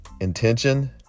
Intention